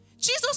Jesus